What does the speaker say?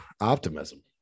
optimism